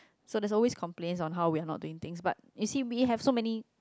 so they always complain how we are not doing thing but you see we have so many